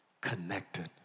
connected